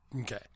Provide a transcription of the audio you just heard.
Okay